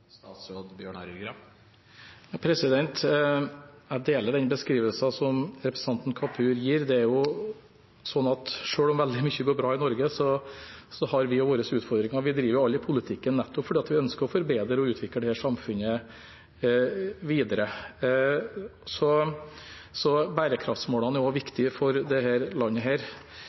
Jeg deler den beskrivelsen som representanten Kapur gir. Det er jo slik at selv om veldig mye går bra i Norge, har vi også våre utfordringer. Vi driver jo alle i politikken nettopp fordi vi ønsker å forbedre og utvikle dette samfunnet videre. Så bærekraftsmålene er også viktige for dette landet.